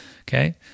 Okay